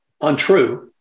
untrue